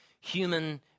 human